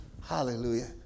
Hallelujah